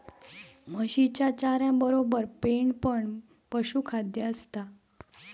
म्हशीच्या चाऱ्यातबरोबर पेंड पण पशुखाद्य असता